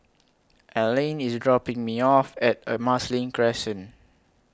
Alline IS dropping Me off At Marsiling Crescent